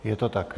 Je to tak?